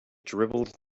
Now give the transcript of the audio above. dribbled